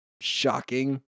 shocking